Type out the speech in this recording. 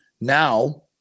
now